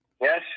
Yes